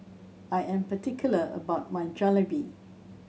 I am particular about my Jalebi